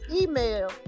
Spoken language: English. email